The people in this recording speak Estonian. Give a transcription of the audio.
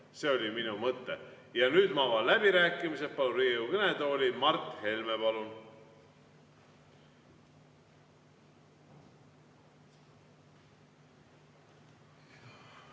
See oli minu mõte. Ja nüüd ma avan läbirääkimised. Palun Riigikogu kõnetooli Mart Helme, palun!